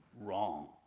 wrong